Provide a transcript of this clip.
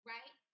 Right